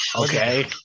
Okay